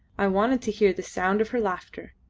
i wanted to hear the sound of her laughter,